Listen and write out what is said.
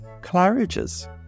Claridge's